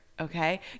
Okay